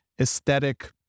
aesthetic